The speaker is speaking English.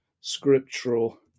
scriptural